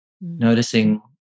noticing